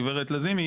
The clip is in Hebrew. הגב' לזימי,